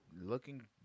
looking